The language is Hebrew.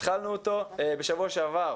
התחלנו אותו בשבוע שעבר.